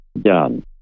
done